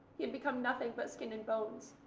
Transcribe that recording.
he had become nothing but skin and bones.